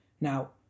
Now